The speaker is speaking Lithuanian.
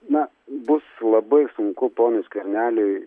na bus labai sunku ponui skverneliui